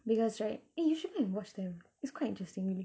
because right eh you should go and watch them it's quite interesting really